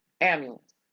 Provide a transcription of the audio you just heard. ambulance